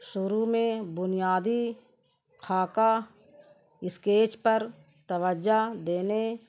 شروع میں بنیادی خاکہ اسکیچ پر توجہ دینے